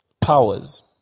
powers